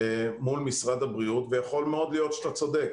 מול משרד הבריאות ויכול מאוד להיות שאתה צודק.